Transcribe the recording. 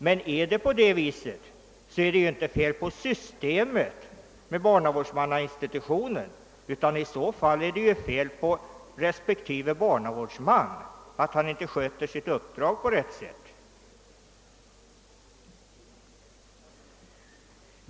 Men är det på det viset, är det ju inte fel på systemet med barnavårdsmän, utan i så fall ligger felet hos vederbörande barnavårdsman som inte sköter sitt uppdrag på rätt sätt.